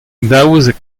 daouzek